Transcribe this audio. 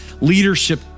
leadership